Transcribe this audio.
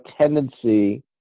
tendency